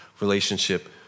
relationship